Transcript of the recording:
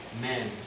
men